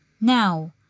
Now